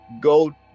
go